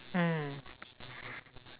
mm